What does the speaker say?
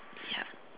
ya